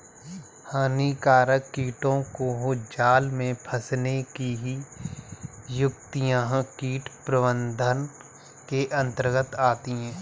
हानिकारक कीटों को जाल में फंसने की युक्तियां कीट प्रबंधन के अंतर्गत आती है